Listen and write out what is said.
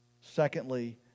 Secondly